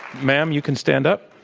ma'am, you can stand up,